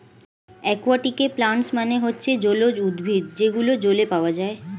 একুয়াটিকে প্লান্টস মানে হচ্ছে জলজ উদ্ভিদ যেগুলো জলে পাওয়া যায়